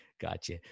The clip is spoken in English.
Gotcha